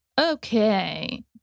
okay